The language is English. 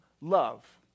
love